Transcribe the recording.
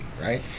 right